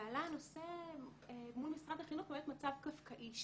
ועלה הנושא מול משרד החינוך באמת מצב קפקאי.